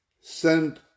sent